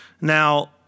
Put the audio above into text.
Now